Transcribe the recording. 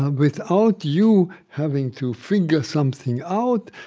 um without you having to figure something out,